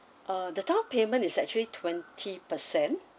uh the down payment is actually twenty per cent